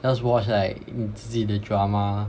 just watch like 你自己的 drama